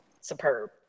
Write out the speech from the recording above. superb